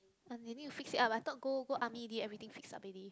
but they need to fix it up I thought go go army already everything fix up already